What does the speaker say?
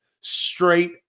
straight